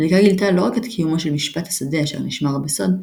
הבדיקה גילתה לא רק את קיומו של "משפט השדה" אשר נשמר בסוד,